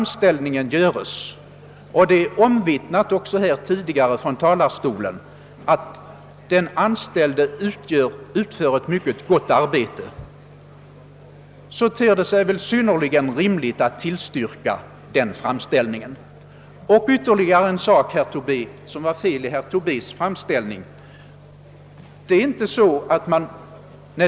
Det har tidigare också omvittnats från denna talarstol att den anställde på denna post utför ett mycket gott arbete. När nu denna framställning göres ter det sig därför synnerligen rimligt att tillstyrka den.